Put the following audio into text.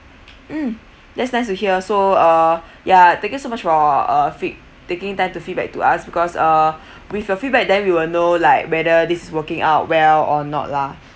mm that's nice to hear so uh ya thank you so much for uh feed~ taking time to feedback to us because uh with your feedback then we will know like whether this is working out well or not lah